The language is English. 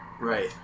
right